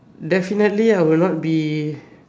definitely I will not be